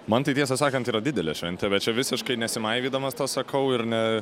man tai tiesą sakant yra didelė šventė bet čia visiškai nesimaivydamas tą sakau ir ne